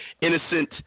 Innocent